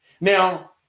Now